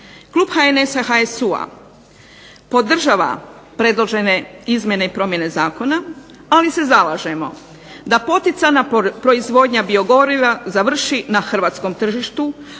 Klub HNS-HSU-a podržava predložene izmjene i promjene zakona, ali se zalažemo da poticana proizvodnja biogoriva završi na hrvatskom tržištu